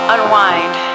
Unwind